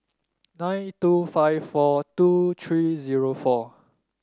nine two five four two three zero four